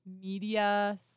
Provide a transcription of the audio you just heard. Media